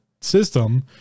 system